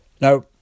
Now